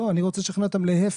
לא, אני רוצה לשכנע אותם להיפך,